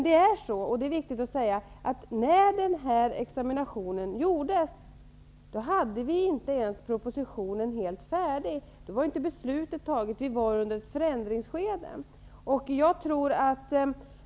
Det är viktigt att säga att propositionen inte ens var färdig när den här examinationen gjordes. Beslutet hade inte fattats, och vi var i ett förändringsskede.